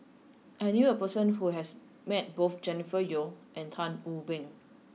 I knew a person who has met both Jennifer Yeo and Tan Wu Meng